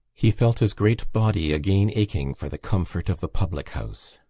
he felt his great body again aching for the comfort of the public-house.